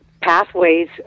pathways